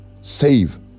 save